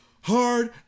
hard